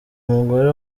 mugore